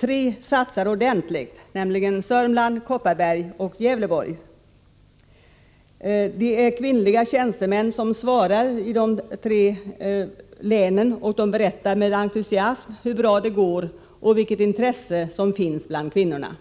tre satsar ordentligt, nämligen utvecklingsfonderna i Södermanlands, Kopparbergs och Gävleborgs län. Det är kvinnliga tjänstemän som svarar i de tre länen och de berättar med entusiasm om hur bra det går och vilket intresse som finns bland kvinnorna.